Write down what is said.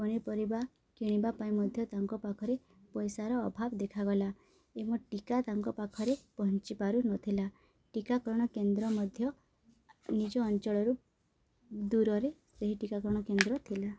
ପନିପରିବା କିଣିବା ପାଇଁ ମଧ୍ୟ ତାଙ୍କ ପାଖରେ ପଇସାର ଅଭାବ ଦେଖାଗଲା ଏବଂ ଟୀକା ତାଙ୍କ ପାଖରେ ପହଞ୍ଚି ପାରୁନଥିଲା ଟୀକାକରଣ କେନ୍ଦ୍ର ମଧ୍ୟ ନିଜ ଅଞ୍ଚଳରୁ ଦୂରରେ ସେହି ଟୀକାକରଣ କେନ୍ଦ୍ର ଥିଲା